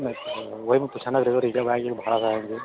वही मैं पूछा ना कि रिजब आएँगी की भाड़ा से आएँगी